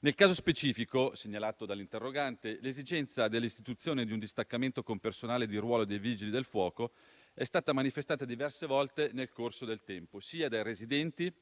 Nel caso specifico segnalato dall'interrogante, l'esigenza dell'istituzione di un distaccamento con personale di ruolo dei Vigili del fuoco è stata manifestata diverse volte nel corso del tempo sia dai residenti